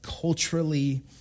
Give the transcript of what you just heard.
culturally